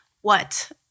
what-